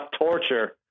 torture